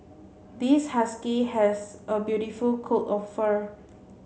this husky has a beautiful coat of fur